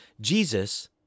Jesus